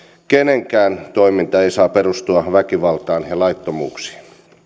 kenenkään toiminta ei saa perustua väkivaltaan ja laittomuuksiin